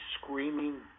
screaming